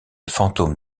fantôme